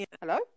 hello